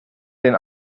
den